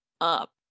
up